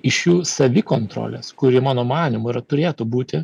iš jų savikontrolės kuri mano manymu yra turėtų būti